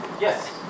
Yes